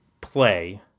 play